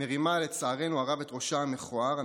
מרימה את ראשה המכוער.